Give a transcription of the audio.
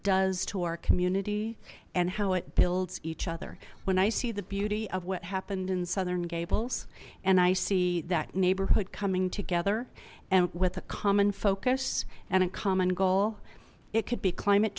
does to our community and how it builds each other when i see the beauty of what happened in gables and i see that neighborhood coming together and with a common focus and a common goal it could be climate